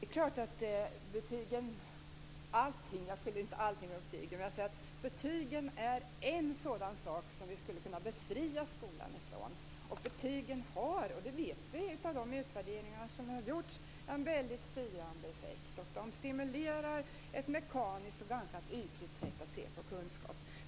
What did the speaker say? Fru talman! Jag skyller inte allting på betygen, men jag säger att betygen är en sak som vi skulle kunna befria skolan från. Betygen har - det vet vi av de utvärderingar som har gjorts - en väldigt styrande effekt. De stimulerar ett mekaniskt och ganska ytligt sätt att se på kunskap.